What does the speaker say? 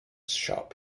shop